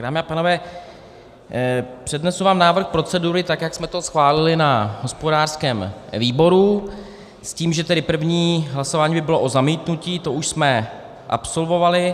Dámy a pánové, přednesu vám návrh procedury, tak jak jsme to schválili na hospodářském výboru, s tím, že první hlasování by bylo o zamítnutí, to už jsme absolvovali.